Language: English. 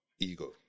ego